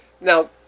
now